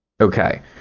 Okay